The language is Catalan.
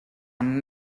amb